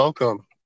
Welcome